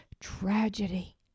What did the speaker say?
tragedy